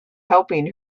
helping